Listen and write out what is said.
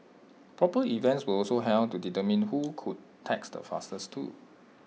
proper events were also held to determine who could text the fastest too